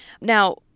Now